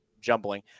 jumbling